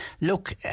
Look